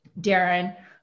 Darren